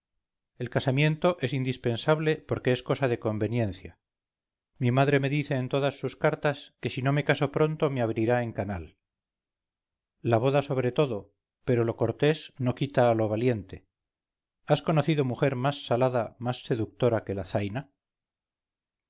el casamiento es indispensable porque es cosa de conveniencia mi madre me dice en todas sus cartas que si no me caso pronto me abrirá en canal la boda sobre todo pero lo cortés no quita a lo valiente has conocido mujer más salada más seductora que la zaina